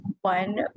one